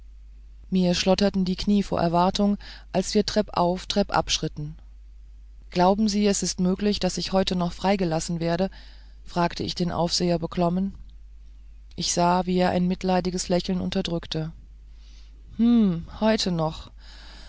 mir schlotterten die knie vor erwartung wie wir treppauf treppab schritten glauben sie ist es möglich daß ich heute noch freigelassen werde fragte ich den aufseher beklommen ich sah wie er mitleidig ein lächeln unterdrückte hm heute noch